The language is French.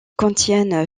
contiennent